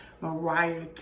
Mariah